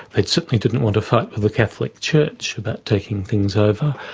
it certainly didn't want a fight with the catholic church about taking things over,